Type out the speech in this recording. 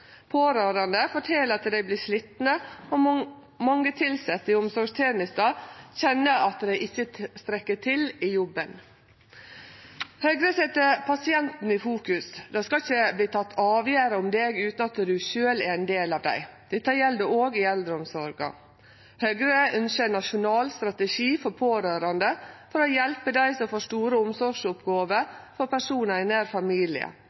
Pårørande fortel at dei vert slitne, og mange tilsette i omsorgstenesta kjenner at dei ikkje strekk til i jobben. Høgre set pasienten i fokus. Det skal ikkje verte teke avgjerder om ein utan at ein sjølv får ta del i dei. Dette gjeld også i eldreomsorga. Høgre ønskjer ein nasjonal strategi for pårørande for å hjelpe dei som får store omsorgsoppgåver for personar i nær familie.